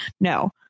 No